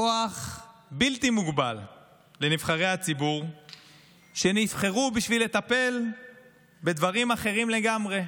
כוח בלתי מוגבל לנבחרי הציבור שנבחרו בשביל לטפל בדברים אחרים לגמרי,